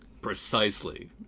Precisely